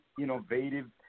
innovative